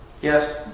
Yes